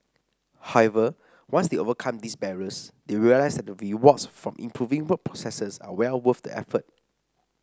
however once they overcome these barriers they realise that the rewards from improving work processes are well worth the effort